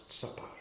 Supper